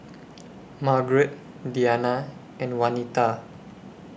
Margret Dianna and Wanita